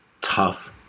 tough